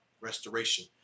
Restoration